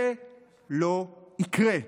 זה לא יקרה.